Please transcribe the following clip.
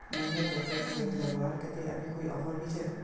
Mahindra tractor खरीद लगवार केते अभी कोई ऑफर भी छे?